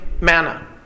manna